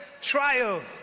trial